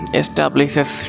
establishes